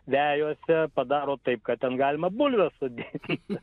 vejose padaro taip kad ten galima bulves sodint